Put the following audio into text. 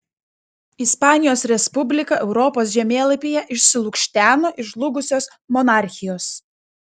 ispanijos respublika europos žemėlapyje išsilukšteno iš žlugusios monarchijos